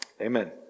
amen